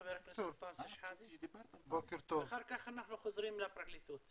חבר הכנסת אנטאנס שחאדה ואחר כך אנחנו חוזרים לפרקליטות.